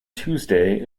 tuesday